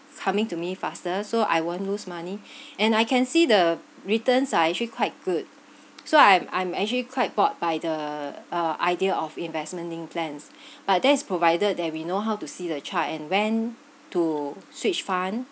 coming to me faster so I won't lose money and I can see the returns are actually quite good so I'm I'm actually quite bought by the uh idea of investment linked plans but that is provided that we know how to see the chart and when to switch fund